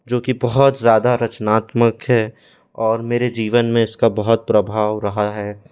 जो कि बहुत ज़्यादा रचनात्मक है और मेरे जीवन में इसका बहुत प्रभाव रहा है